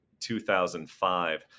2005